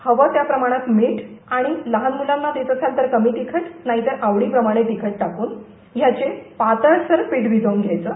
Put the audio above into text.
हवं त्या प्रमाणात मीठ आणि लहान मुलांना देत असाल तर कमी तिखट नाहीतर आवडीप्रमाणे तिखट टाकून ह्याचं पातळसर पीठ भिजवून घ्यायचं